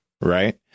right